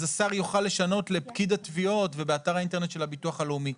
אז השר יוכל לשנות לפקיד התביעות ובאתר האינטרנט של הביטוח הלאומי.